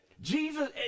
Jesus